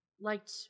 Liked